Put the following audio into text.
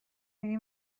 میری